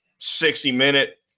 60-minute